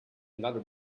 another